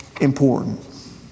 important